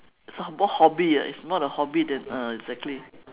some more hobby ah it's more of a hobby than uh exactly